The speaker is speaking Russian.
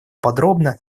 подробно